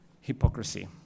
hypocrisy